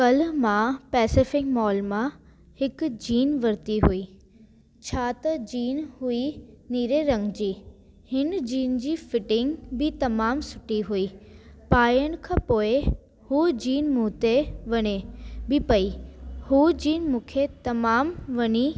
कल्ह मां Pacific mall मां हिकु जीन वरती हुई छा त जीन हुई नीरे रंगु जी हिन जीन जी फ़िटिंग बि तमामु सुठी हुई पाइण खां पोइ हू जीन मूं ते वणे बि पेई हू जीन मूंखे तमामु वणी